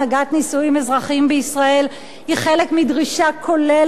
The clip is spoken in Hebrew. אזרחיים בישראל היא חלק מדרישה כוללת יותר,